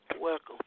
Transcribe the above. welcome